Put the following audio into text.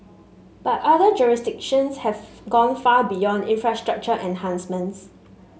but other jurisdictions have gone far beyond infrastructure enhancements